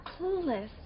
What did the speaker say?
clueless